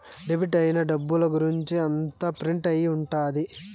debit అయిన డబ్బుల గురుంచి అంతా ప్రింట్ అయి ఉంటది